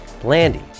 Blandy